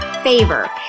favor